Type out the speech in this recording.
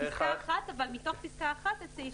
מתוך פסקה (1).